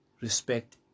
respect